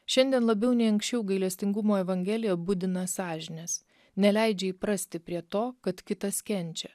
šiandien labiau nei anksčiau gailestingumo evangelija budina sąžines neleidžia įprasti prie to kad kitas kenčia